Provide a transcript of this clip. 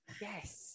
Yes